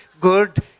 good